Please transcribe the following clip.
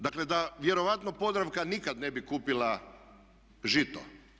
Dakle, da vjerojatno Podravka nikad ne bi kupila Žito.